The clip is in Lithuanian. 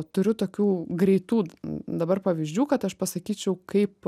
turiu tokių greitų dabar pavyzdžių kad aš pasakyčiau kaip